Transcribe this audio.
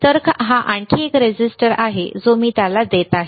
तर हा आणखी एक रेझिस्टर आहे जो मी त्याला देत आहे